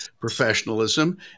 professionalism